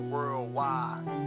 Worldwide